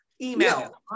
Email